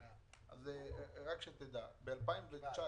רק שתדע, ב-2019